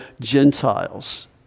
Gentiles